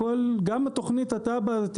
גם תוכנית התב"ע הזאת,